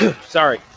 Sorry